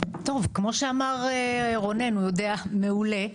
טוב, כמו שאמר רונן, הוא יודע מעולה.